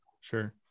sure